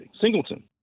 Singleton